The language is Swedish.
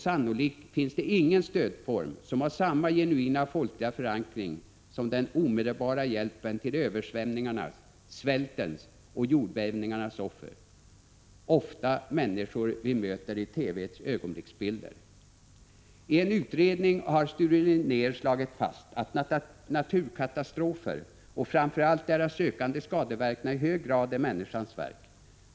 Sannolikt finns det ingen stödform som har samma genuina folkliga förankring som den omedelbara hjälpen till översvämningarnas, svältens och jordbävningarnas offer — ofta människor som vi möter i TV:s ögonblicksbilder. I en utredning har Sture Linnér slagit fast att naturkatastrofer och framför allt deras ökande skadeverkningar i hög grad är människans verk.